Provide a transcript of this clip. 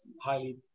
highly